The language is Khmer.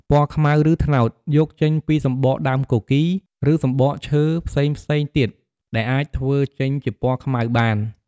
ពណ៌ខ្មៅ ឬត្នោត យកចេញពី សម្រកដើមគគីរ ឬសំបកឈើរផ្សេងៗទៀតដែលអាចធ្វើចេញជាពណ៌ខ្មៅ បាន។